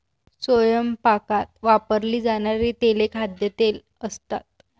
स्वयंपाकात वापरली जाणारी तेले खाद्यतेल असतात